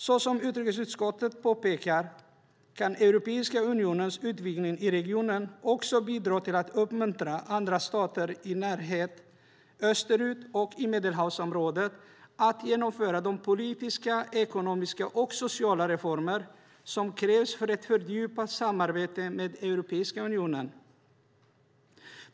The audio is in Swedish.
Som utrikesutskottet påpekar kan Europeiska unionens utvidgning i regionen också bidra till att uppmuntra andra stater i närheten, österut och i Medelhavsområdet, att genomföra de politiska, ekonomiska och sociala reformer som krävs för ett fördjupat samarbete med Europeiska unionen.